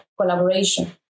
collaboration